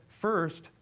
first